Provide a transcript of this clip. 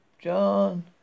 John